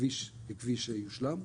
הכביש יושלם.